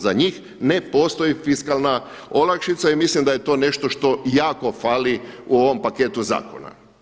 Za njih ne postoji fiskalna olakšica i mislim da je to nešto što jako fali u ovom paketu zakona.